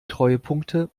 treuepunkte